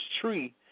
tree